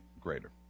greater